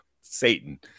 Satan